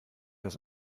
das